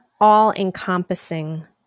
all-encompassing